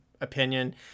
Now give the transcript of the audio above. opinion